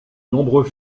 nombreux